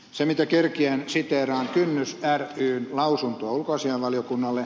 se mitä kerkiän siteeraan kynnys ryn lausuntoa ulkoasiainvaliokunnalle